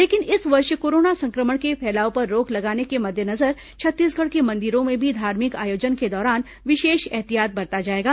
लेकिन इस वर्ष कोरोना संक्रमण के फैलाव पर रोक लगाने के मद्देनजर छत्तीसगढ़ के मंदिरों में भी धार्मिक आयोजन के दौरान विशेष एहतियात बरता जाएगा